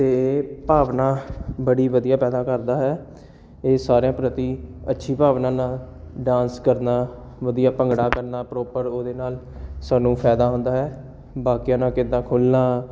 ਅਤੇ ਭਾਵਨਾ ਬੜੀ ਵਧੀਆ ਪੈਦਾ ਕਰਦਾ ਹੈ ਇਹ ਸਾਰਿਆਂ ਪ੍ਰਤੀ ਅੱਛੀ ਭਾਵਨਾ ਨਾਲ ਡਾਂਸ ਕਰਨਾ ਵਧੀਆ ਭੰਗੜਾ ਕਰਨਾ ਪ੍ਰੋਪਰ ਉਹਦੇ ਨਾਲ ਸਾਨੂੰ ਫਾਇਦਾ ਹੁੰਦਾ ਹੈ ਬਾਕੀਆਂ ਨਾਲ ਕਿੱਦਾਂ ਖੁੱਲ੍ਹਣਾ